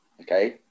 Okay